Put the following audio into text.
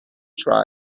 try